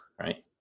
right